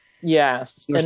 Yes